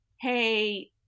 hey